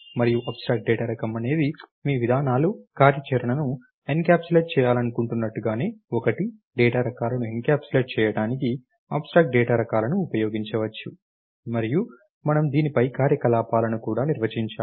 మరియు abstract data రకం అనేది మీ విధానాలు కార్యాచరణను ఎన్క్యాప్సులేట్ చేయాలనుకుంటున్నట్లుగానే ఒకటి డేటా రకాలను ఎన్క్యాప్సులేట్ చేయడానికి అబ్స్ట్రాక్ట్ డేటా రకాలను ఉపయోగించవచ్చు మరియు మనము దీనిపై కార్యకలాపాలను కూడా నిర్వచించాము